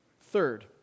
Third